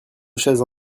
chaises